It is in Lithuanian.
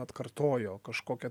atkartojo kažkokią